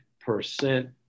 percent